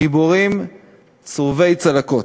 גיבורים צרובי צלקות,